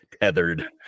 tethered